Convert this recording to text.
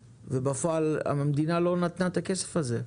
ובפועל המדינה אל נתנה את הכסף הזה.